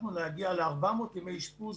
הצלחנו להגיע ל-400 ימי אשפוז,